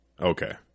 okay